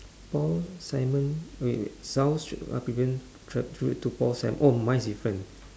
paul simon wait wait south pavillon tri~ tribute to paul si~ oh mine is different